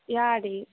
ꯌꯥꯔꯗꯤ